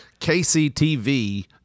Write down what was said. KCTV